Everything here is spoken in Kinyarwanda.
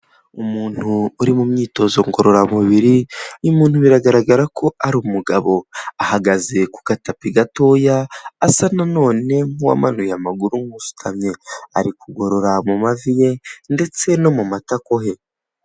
Umuntu uri mu myitozo ngororamubiri, uyu muntu biragaragara ko ari umugabo, ahagaze ku gatapi gatoya, asa na none nk'uwamanuye amaguru nk'usutamye, ari kugorora mu mavi ye ndetse no mu matako he.